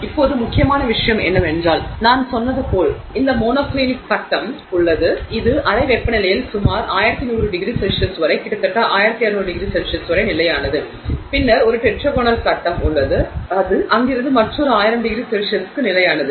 இப்போது முக்கியமான விஷயம் என்னவென்றால் நான் சொன்னது போல் இந்த மோனோக்ளினிக் கட்டம் உள்ளது இது அறை வெப்பநிலையில் சுமார் 1100ºC வரை கிட்டத்தட்ட 1200ºC வரை நிலையானது பின்னர் ஒரு டெட்ராகோனல் கட்டம் உள்ளது அது அங்கிருந்து மற்றொரு 1000ºC க்கு நிலையானது